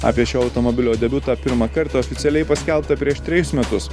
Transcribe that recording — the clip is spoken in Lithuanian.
apie šio automobilio debiutą pirmą kartą oficialiai paskelbta prieš trejus metus